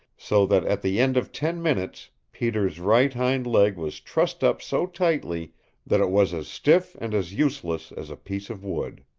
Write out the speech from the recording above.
so that at the end of ten minutes peter's right hind leg was trussed up so tightly that it was as stiff and as useless as a piece of wood.